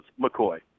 McCoy